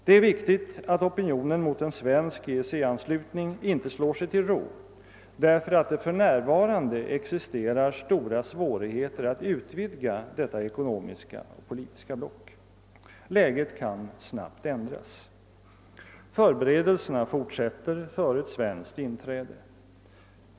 Det är viktigt att opinionen mot en svensk EEC-anslutning inte slår sig till ro, därför att det för närvarande existerar stora svårigheter att utvidga detta ekonomiska och politiska block. Läget kan snabbt förändras. Förberedelserna för ett svenskt inträde fortsätter.